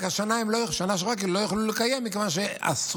רק שבשנה שעברה הן לא יכלו לקיים מכיוון שאסרו